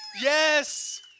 Yes